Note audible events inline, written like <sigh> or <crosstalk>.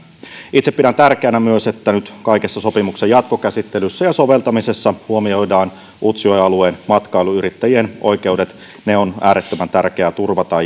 itse pidän tärkeänä myös että nyt kaikessa sopimuksen jatkokäsittelyssä ja soveltamisessa huomioidaan utsjoen alueen matkailuyrittäjien oikeudet ne on äärettömän tärkeä turvata <unintelligible>